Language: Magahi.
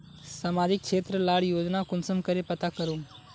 सामाजिक क्षेत्र लार योजना कुंसम करे पता करूम?